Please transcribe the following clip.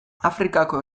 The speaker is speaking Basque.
afrikako